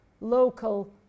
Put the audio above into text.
local